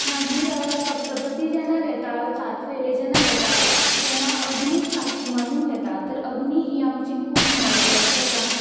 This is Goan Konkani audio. मागीर सप्तपदी जेन्ना घेता सात फेरे जेन्ना घेता तेन्ना अग्नीक साक्षी मानून घेतात तर अग्नी ही आमची खूब म्हत्वाची आसा